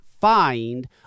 find